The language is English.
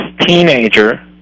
teenager